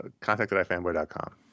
Contactedifanboy.com